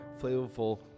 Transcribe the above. flavorful